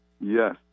Yes